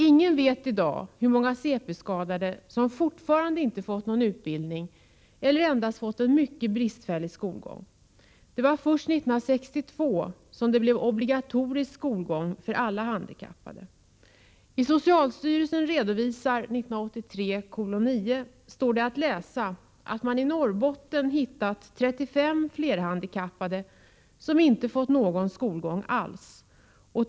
Ingen vet i dag hur många cp-skadade som inte fått utbildning eller som endast haft en mycket bristfällig skolgång. Det var först 1962 som det blev obligatorisk skolgång för alla handikappade. I Socialstyrelsen redovisar 1983:9 står det att läsa att man i Norrbotten hittat 35 flerhandikappade som inte fått någon skolgång alls.